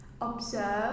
observe